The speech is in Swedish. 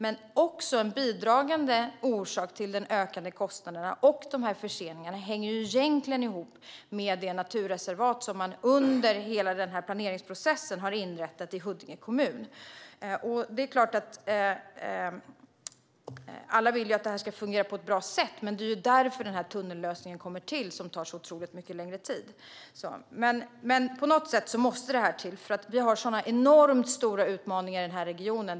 En bidragande orsak till de ökande kostnaderna och till förseningarna är att man under planeringsprocessen inrättat ett naturreservat i Huddinge kommun. Det är klart att alla vill att det här ska fungera på ett bra sätt. Det är ju därför den här tunnellösningen kommer till, som tar så otroligt mycket längre tid. Men på något sätt måste det här till, för vi har enormt stora utmaningar i regionen.